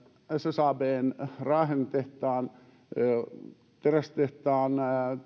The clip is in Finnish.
ssabn raahen terästehtaan